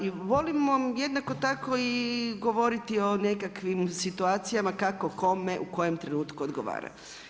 I volimo jednako tako govoriti i o nekakvim situacijama kako kome, u kojem trenutku odgovara.